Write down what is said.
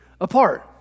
apart